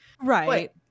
right